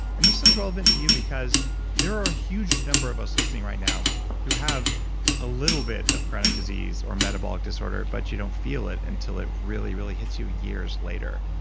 and this is relevant to you because there are huge numbers of us listening right now who have a little bit of chronic disease, or metabolic disorder, but you don't feel it until it really, really hits you years later.